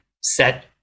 set